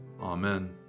Amen